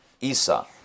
Esau